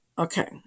Okay